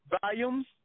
volumes